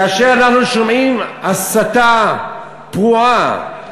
כשאנחנו שומעים הסתה פרועה,